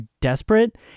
desperate